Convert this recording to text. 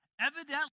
Evidently